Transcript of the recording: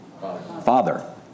Father